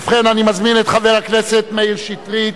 ובכן, אני מזמין את חבר הכנסת מאיר שטרית.